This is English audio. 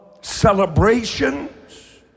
celebrations